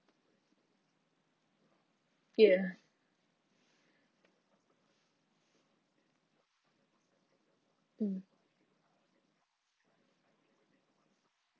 ya mm